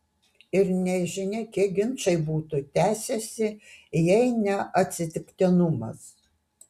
ir nežinia kiek ginčai būtų tęsęsi jei ne atsitiktinumas